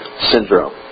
Syndrome